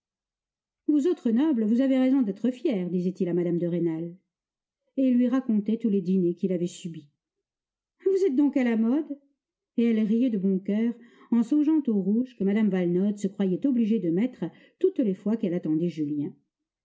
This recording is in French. vous autres nobles vous avez raison d'être fiers disait-il à mme de rênal et il lui racontait tous les dîners qu'il avait subis vous êtes donc à la mode et elle riait de bon coeur en songeant au rouge que mme valenod se croyait obligée de mettre toutes les fois qu'elle attendait julien